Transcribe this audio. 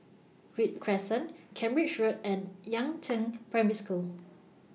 Read Crescent Cambridge Road and Yangzheng Primary School